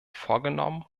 vorgenommen